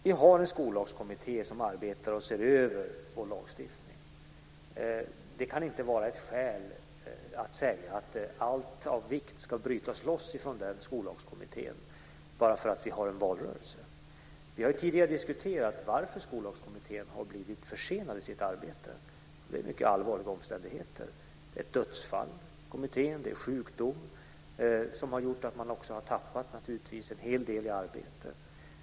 Vi har en Skollagskommitté som arbetar med att se över vår lagstiftning. Det kan inte vara ett skäl att säga att allt av vikt ska brytas loss från Skollagskommittén bara för att vi är inne i en valrörelse. Vi har ju tidigare diskuterat varför Skollagskommittén har blivit försenad i sitt arbete. Det beror på mycket allvarliga omständigheter. Det är ett dödsfall och det är sjukdom i kommittén som har gjort att man naturligtvis har tappat en hel del i arbete.